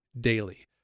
daily